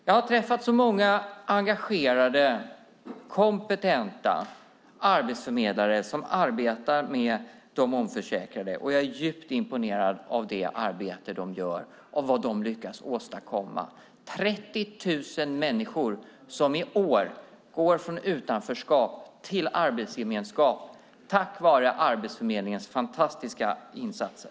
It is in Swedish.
Jag har träffat många engagerade och kompetenta arbetsförmedlare som arbetar med de omförsäkrade, och jag är djupt imponerad av det arbete de gör och det som de lyckas åstadkomma. 30 000 människor går i år från utanförskap till arbetsgemenskap tack vare Arbetsförmedlingens fantastiska insatser.